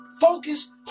Focus